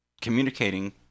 communicating